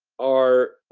are,